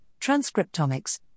transcriptomics